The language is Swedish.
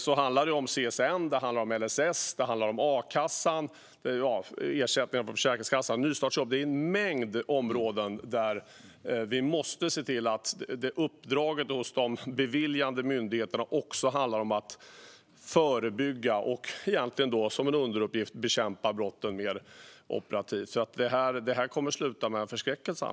Det handlar om CSN, LSS, a-kassan och andra ersättningar från Försäkringskassan och nystartsjobb. Det är en mängd områden där vi måste se till att uppdraget hos de beviljande myndigheterna också handlar om att förebygga och, som en underuppgift, bekämpa brotten mer operativt. Annars kommer det att sluta med förskräckelse.